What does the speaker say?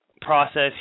process